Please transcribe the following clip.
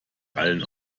allen